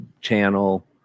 channel